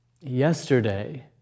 Yesterday